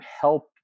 help